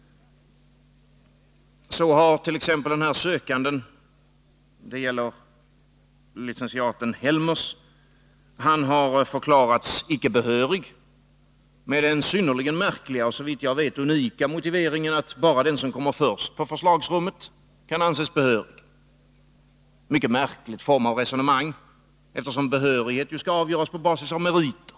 Så har t.ex. denna sökande — licentiaten Helmers — förklarats icke behörig med den synnerligen märkliga och såvitt jag vet unika motiveringen att bara den som sätts i första förslagsrummet kan anses behörig. Det är ett mycket märkligt resonemang, eftersom behörigheten skall avgöras på basis av meriter.